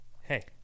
Hey